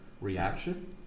reaction